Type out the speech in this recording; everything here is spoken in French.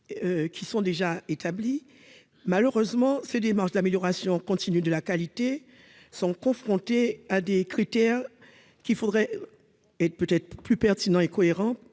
qui sont déjà établis. Malheureusement, ces démarches d'amélioration continue de la qualité sont soumises à des critères qui devraient sans doute être plus pertinents et cohérents